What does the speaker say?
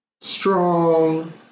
strong